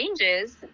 changes